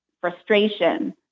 frustration